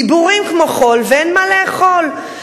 דיבורים כמו חול, ואין מה לאכול.